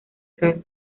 caro